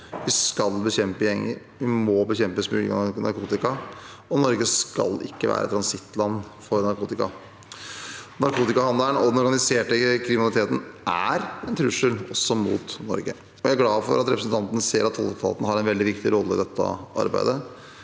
vi må bekjempe smugling av narkotika, og Norge skal ikke være et transittland for narkotika. Narkotikahandelen og den organiserte kriminaliteten er en trussel også mot Norge. Jeg er glad for at representanten ser at tolletaten har en veldig viktig rolle i dette arbeidet.